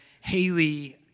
Haley